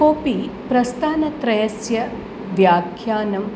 कोऽपि प्रस्थानत्रयस्य व्याख्यानम्